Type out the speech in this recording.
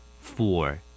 four